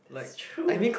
that's true